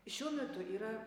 šiuo metu yra